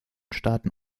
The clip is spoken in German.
staaten